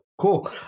Cool